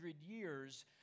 years